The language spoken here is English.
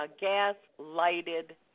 gas-lighted